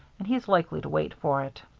and he's likely to wait for it.